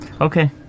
Okay